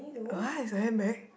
!huh! it's a handbag